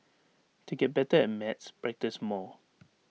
to get better at maths practise more